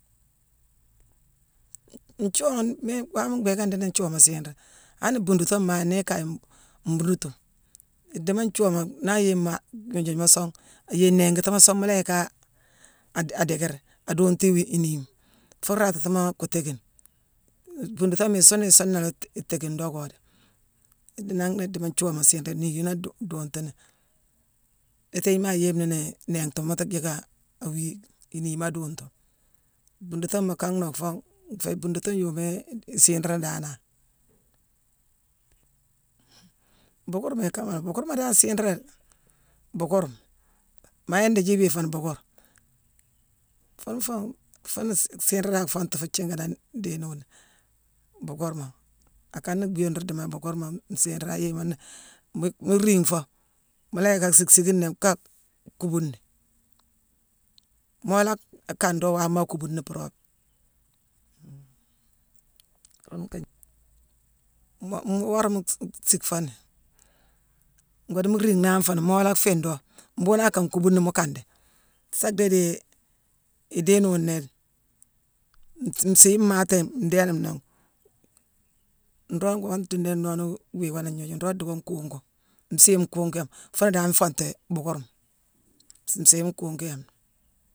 Nthiuuwama miine waama mbhéékani ndii ni nthiuuwama siira: han buundutooma maa nii ikaye mbuundutu, idiimo nthiuuwama naa ayééme ma-gnoojuma song, ayééye néégatima song, mu la yicka a-dickiir, a duuntu-iwii-iiniima. Fuu raatatima goo téékine. Buundutooma, isuune suuna léé-té- téékine docka déé. Nangh na idiimo nthiuuwama siira. Inii yuune naa adu-duuntuni. Nii tééjiima ayéémeni ni niightima, mu tuu jickaa awii, iniima aduuntu. Buundutooma ka nock foo, nféé buundutoone yoomé isiirani danane. Buukeurma ikaama, buukeurma dan siira la déé. Buukeurma, maa yick ndiithi iwii fooni buukeurma. Fuune fuu- fuuna siira dan foogtu fuu thiiganoone déénowu nnéé, buukeurma. Akana bhii yooni nruu diini buukeurma nsiiri. Ayéémoo nnéé, mu- mu riigh foo, mu la yick a siick siick nnéé ka kuubuni, moo la kando waama akuubuni puropi. moo-worama-mu-siick fooni, ngoo dii mu riighnangh fooni. Moo la fiido, mbuughune akane kuubuni, mu kandi, sa dii dii idéénowu nnéé, nsii maatééme-ndéénama nnéé. Nroog woo-ntuudangh noonu wii woo ni agnooju. Nroog ruu dii woo nkuugu. Nsii nkuuguyame. Fuuna dan fongtéé buukeurma. Nsii nkuugu yame.